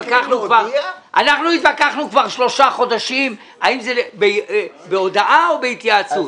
אנחנו התווכחנו כבר שלושה חודשים האם זה בהודעה או בהתייעצות.